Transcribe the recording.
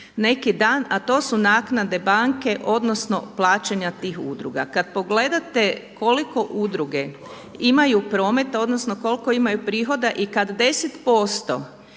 neki dan, a to su naknade banke odnosno plaćanje tih udruga. Kada pogledate koliko udruge imaju prometa odnosno koliko imaju prihoda i kada 10%